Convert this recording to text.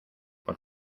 por